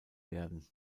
werden